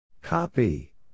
Copy